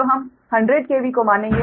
तो हम 100 KV को मानेंगे